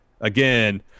again